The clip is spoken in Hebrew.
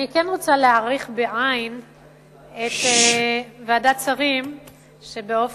אני כן רוצה להעריך את ועדת שרים שבאופן